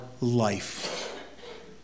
life